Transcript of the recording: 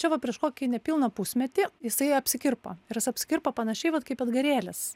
čia va prieš kokį nepilną pusmetį jisai apsikirpo ir jis apsikirpo panašiai vat kaip edgarėlis